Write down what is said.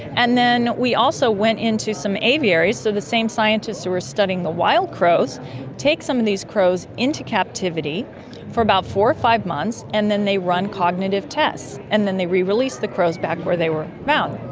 and then we also went into some aviaries. so the same scientists who were studying the wild crows take some of these crows into captivity for about four or five months and then they run cognitive tests and then they rerelease the crows back where they were found.